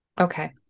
okay